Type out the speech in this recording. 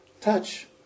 Touch